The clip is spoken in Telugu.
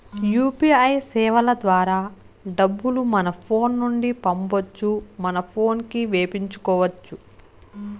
యూ.పీ.ఐ సేవల ద్వారా డబ్బులు మన ఫోను నుండి పంపొచ్చు మన పోనుకి వేపించుకొచ్చు